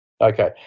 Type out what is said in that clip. Okay